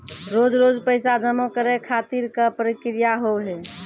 रोज रोज पैसा जमा करे खातिर का प्रक्रिया होव हेय?